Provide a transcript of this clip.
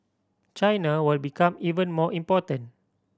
China will become even more important